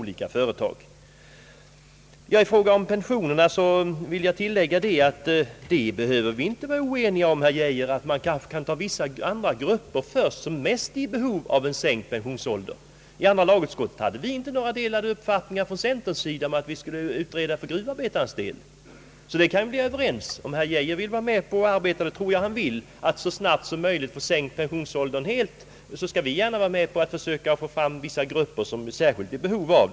I fråga om pensionerna vill jag tillägga att vi inte behöver vara oeniga, herr Geijer och jag, om att man kan ta vissa grupper först, vilka har största behovet av en sänkt pensionsålder. I andra lagutskottet hade centern ingenting emot en utredning beträffande gruvarbetarna. I den frågan tror jag att vi kan vara överens. Om herr Geijer vill vara med och arbeta — och det tror jag att han vill — för att så snabbt som möjligt få en sänkt pensionsålder till stånd så skall vi gärna vara med om att försöka få fram vissa grupper som särskilt är i behov därav.